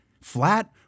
flat